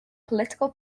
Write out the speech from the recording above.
political